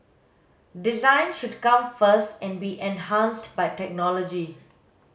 design should come first and be enhanced by technology